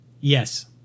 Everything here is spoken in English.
yes